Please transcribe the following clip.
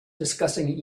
discussing